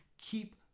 keep